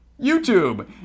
YouTube